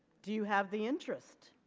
do you have the interest